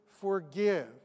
forgive